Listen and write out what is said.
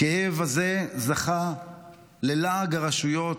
הכאב הזה זכה ללעג הרשויות,